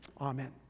Amen